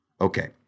okay